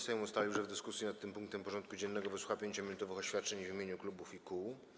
Sejm ustalił, że w dyskusji nad tym punktem porządku dziennego wysłucha 5-minutowych oświadczeń w imieniu klubów i kół.